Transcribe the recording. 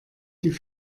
die